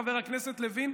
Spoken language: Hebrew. חבר הכנסת לוין,